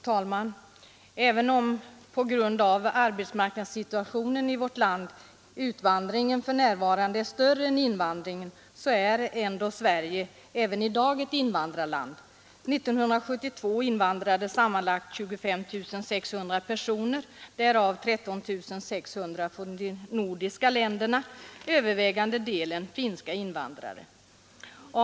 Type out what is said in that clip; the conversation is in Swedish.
Fru talman! Även om på grund av arbetsmarknadssituationen i vårt land utvandringen för närvarande är större än invandringen är ändå Sverige även i dag ett invandrarland. 1972 invandrade sammanlagt 25 600 personer; därav kom 13600 från de nordiska länderna och den övervägande delen var finska invandrare.